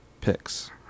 picks